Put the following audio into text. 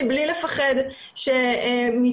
טיפול מבלי לפחד מתיוג.